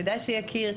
כדאי שיכיר.